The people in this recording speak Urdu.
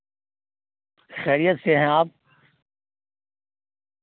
خیریت سے ہیں آپ